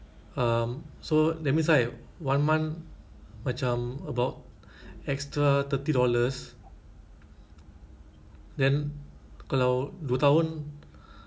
um so that means I one month macam about extra thirty dollars then kalau dua tahun